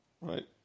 Right